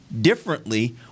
differently